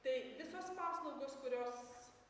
tai visos paslaugos kurios